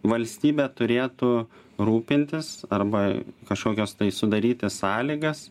valstybė turėtų rūpintis arba kažkokios tai sudaryti sąlygas